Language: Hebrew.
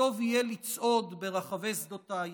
וטוב יהיה לצעוד ברחבי שדותייך".